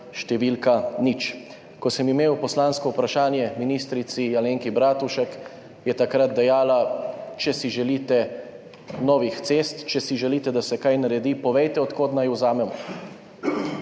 številka nič. Ko sem imel poslansko vprašanje ministrici Alenki Bratušek, je takrat dejala, če si želite novih cest, če si želite, da se kaj naredi, povejte, od kod naj vzamemo.